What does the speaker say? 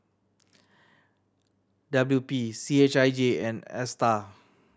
W P C H I J and Astar